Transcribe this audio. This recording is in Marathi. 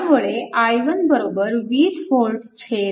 त्यामुळे i1 20V 100